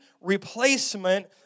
replacement